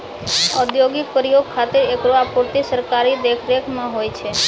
औद्योगिक प्रयोग खातिर एकरो आपूर्ति सरकारी देखरेख म होय छै